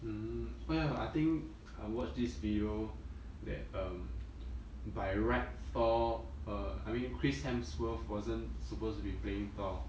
um oh ya I think I watched this video that um by right thor err I mean chris hemsworth wasn't supposed to be playing thor